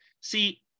See